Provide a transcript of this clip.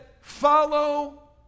follow